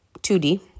2d